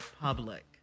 public